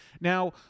Now